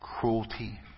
cruelty